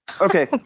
Okay